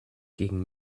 gegen